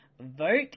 vote